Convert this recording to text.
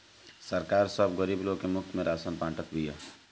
सरकार सब गरीब लोग के मुफ्त में राशन बांटत बिया